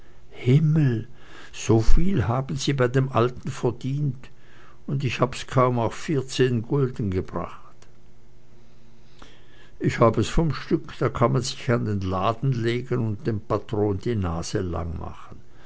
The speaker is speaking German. himmel so viel haben sie bei dem alten verdient und ich hab's kaum auf vierzehn gulden gebracht ich hab es vom stück da kann man sich an den laden legen und dem patron die nase lang machen